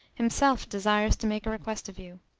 himself desires to make a request of you.